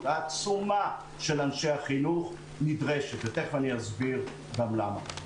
העצומה של אנשי החינוך נדרשת ותכף אסביר גם למה.